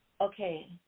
Okay